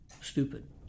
stupid